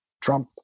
Trump